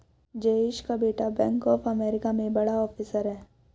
जयेश का बेटा bank of America में बड़ा ऑफिसर है